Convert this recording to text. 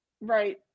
Right